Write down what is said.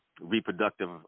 reproductive